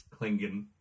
Klingon